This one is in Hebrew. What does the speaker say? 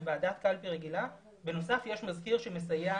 היא ועדת קלפי רגילה ובנוסף יש מזכיר שמסייע